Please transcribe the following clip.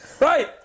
Right